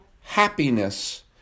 happiness